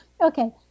Okay